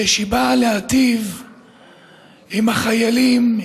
שבאה להיטיב עם החיילים,